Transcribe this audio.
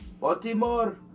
Baltimore